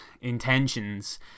intentions